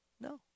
No